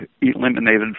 eliminated